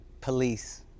police